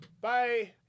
Bye